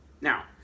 now